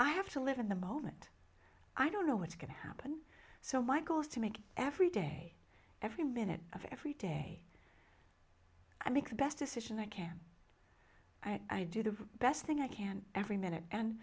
i have to live in the moment i don't know what's going to happen so my goal is to make every day every minute of every day i make the best decision i can i do the best thing i can every minute and